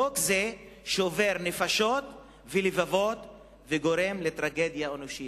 חוק זה שובר נפשות ולבבות וגורם לטרגדיה אנושית.